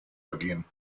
begehen